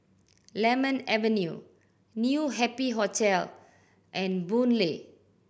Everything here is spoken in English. Lemon Avenue New Happy Hotel and Boon Lay